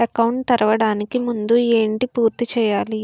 Account తెరవడానికి ముందు ఏంటి పూర్తి చేయాలి?